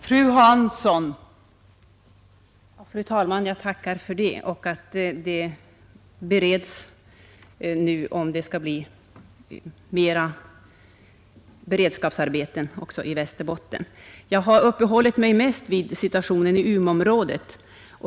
Fru talman! Jag tackar för beskedet att det nu undersöks om det kan bli flera beredskapsarbeten också i Västerbotten. Jag har mest uppehållit mig vid situationen i Umeområdet.